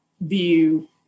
view